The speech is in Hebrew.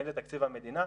האם זה תקציב המדינה,